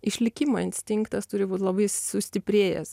išlikimo instinktas turi būt labai sustiprėjęs